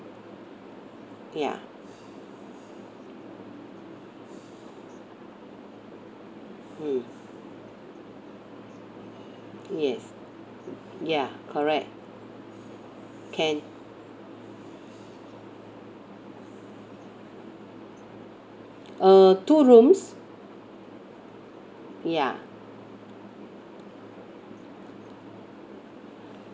ya mm yes ya correct can uh two rooms ya